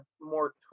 more